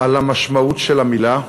על המשמעות של המילה,